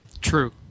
True